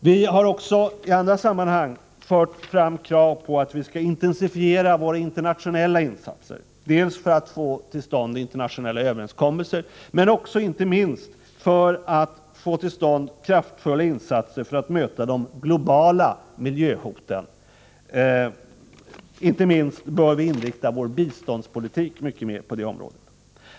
Vi har också i andra sammanhang fört fram kravet på att vi skall intensifiera våra internationella insatser, dels för att få till stånd internationella överenskommelser, dels för att få till stånd kraftfulla insatser för att möta de globala miljöhoten. Inte minst bör vi inrikta vår biståndspolitik mycket mera på detta.